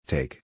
Take